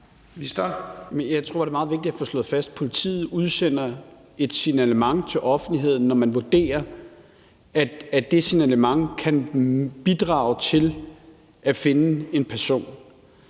Jeg tror, det er meget vigtigt at få slået fast, at politiet udsender et signalement til offentligheden, når man vurderer, at det signalement kan bidrage til, at man kan finde en person.